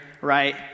right